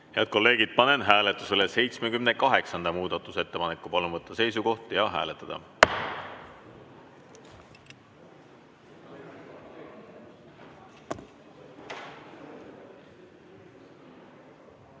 Head kolleegid, panen hääletusele 78. muudatusettepaneku. Palun võtta seisukoht ja hääletada!